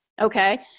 okay